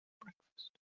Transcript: breakfast